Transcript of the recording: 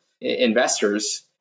investors